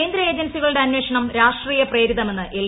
കേന്ദ്ര ഏജൻസിക്കളുടെ അന്വേഷണം ന് രാഷ്ട്രീയപ്രേരിതമ്മെന്ന് എൽ